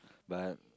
but